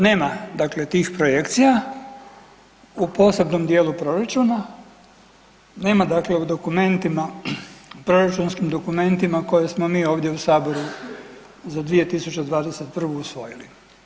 Nema dakle tih projekcija u posebnom dijelu proračuna, nema dakle u dokumentima, proračunskim dokumentima koje smo mi ovdje u saboru za 2021. usvojili.